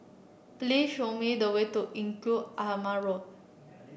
please show me the way to Engku Aman Road